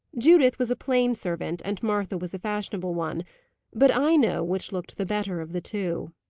judith was a plain servant, and martha was a fashionable one but i know which looked the better of the two.